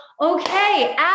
Okay